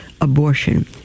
abortion